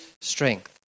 strength